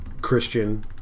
Christian